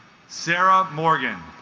sarah morgan